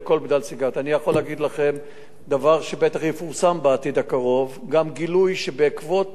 אני יכול להגיד לכם שבטח יפורסם בעתיד הקרוב גם גילוי שבעקבות הרבה